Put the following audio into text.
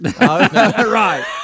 Right